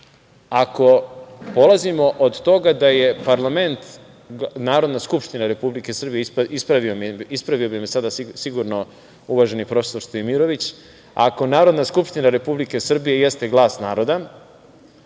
ako polazimo od toga da je parlament Narodna skupština Republike Srbije, ispravio bi me sada sigurno uvaženi profesor Stojmirović, ako Narodna skupština Republike Srbije jeste glas naroda,